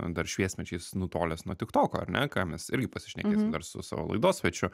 dar šviesmečiais nutolęs nuo tiktoko ar ne ką mes irgi pasišnekėsim dar su savo laidos svečiu